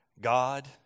God